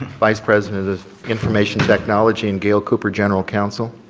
vice president of information technology and gail cooper, general counsel.